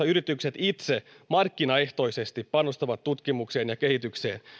yritykset itse markkinaehtoisesti panostavat tutkimukseen ja kehitykseen